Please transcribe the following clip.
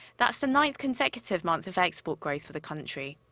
that's the ninth-consecutive month of export growth for the country.